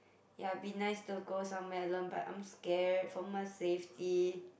ya be nice to go somewhere alone but I'm scared for my safety